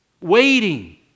waiting